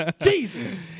Jesus